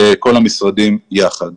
כל המשרדים יחד.